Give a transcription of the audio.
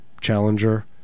Challenger